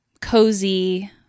cozy